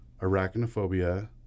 Arachnophobia